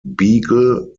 beagle